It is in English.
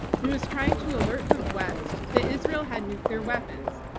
who was trying to alert the west that israel had nuclear weapons.